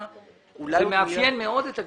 אבל זאת בקשה מאוד אופיינית לגמ"חים.